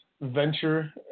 venture